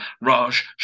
Raj